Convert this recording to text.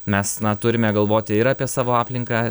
mes turime galvoti ir apie savo aplinką